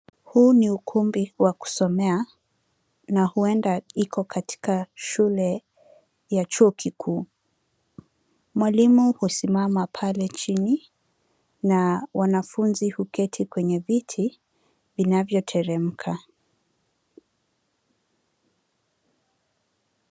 Huu ni ukumbi wa kusomea na huenda iko katika shule ya chuo kikuu. Mwalimu husimama pale chini na wanafunzi huketi kwenye viti vinavyoteremka.